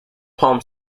palm